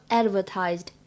advertised